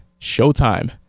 Showtime